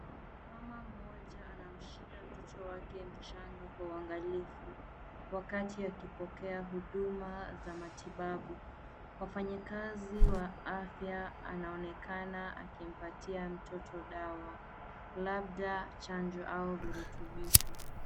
Mama mmoja anamshika mtoto wake mchanga kwa uangalifu wakati akipokea huduma za matibabu. Mfanyikazi wa afya anaonekana akipatia mtoto dawa, labda chanjo au virutubisho.